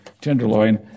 Tenderloin